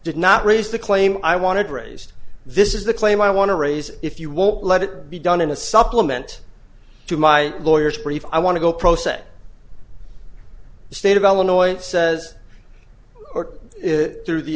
did not raise the claim i wanted raised this is the claim i want to raise if you will let it be done in a supplement to my lawyers brief i want to go pro se the state of illinois says through the